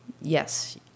yes